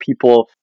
people